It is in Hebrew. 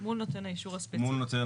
מול נותן האישור הספציפי.